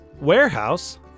Warehouse